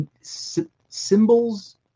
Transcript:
symbols